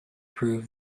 prove